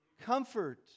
comfort